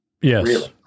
Yes